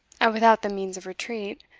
and without the means of retreat,